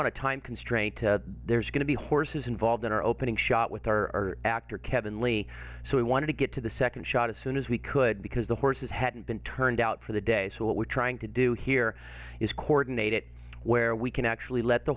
on a time constraint there's going to be horses involved in our opening shot with our actor kevin lee so we wanted to get to the second shot as soon as we could because the horses hadn't been turned out for the day so what we're trying to do here is coordinating it where we can actually let the